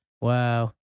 Wow